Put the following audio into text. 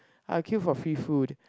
I'll queue for free food